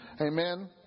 Amen